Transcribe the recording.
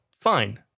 fine